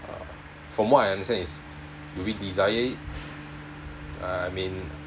uh from what I understand is do we desire it I mean